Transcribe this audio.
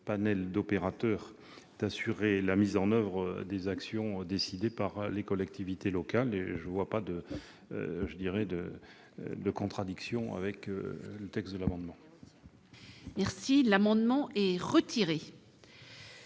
éventail d'opérateurs d'assurer la mise en oeuvre des actions décidées par les collectivités locales. Je n'y vois pas de contradiction avec le texte de l'amendement ! Monsieur